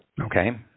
Okay